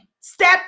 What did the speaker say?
step